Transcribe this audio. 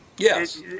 Yes